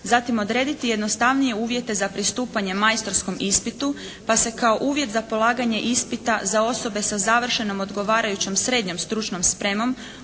Zatim odrediti jednostavnije uvjete za pristupanje majstorskom ispitu pa se kao uvjet za polaganje ispita za osobe sa završnom odgovarajućom srednjoj stručnom spremom